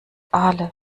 aale